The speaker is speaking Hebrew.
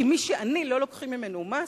כי מי שעני לא לוקחים ממנו מס,